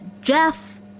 Jeff